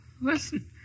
Listen